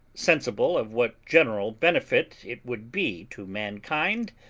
sensible of what general benefit it would be to mankind,